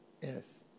Yes